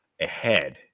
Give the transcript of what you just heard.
ahead